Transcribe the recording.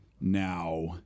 now